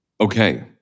Okay